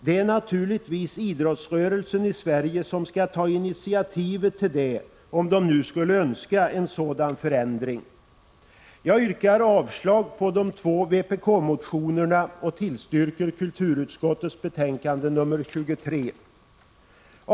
Det är naturligtvis idrottsrörelsen i Sverige som skall ta initiativet till det, om den nu skulle önska en sådan förändring. Jag yrkar avslag på de två vpk-reservationerna och bifall till kulturutskottets hemställan i betänkande nr 23.